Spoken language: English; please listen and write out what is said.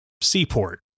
seaport